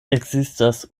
ekzistas